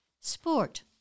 Sport